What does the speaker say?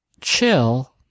chill